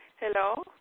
Hello